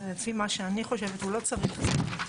לפי מה שאני חושבת, הוא לא צריך ---.